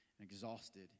Exhausted